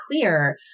clear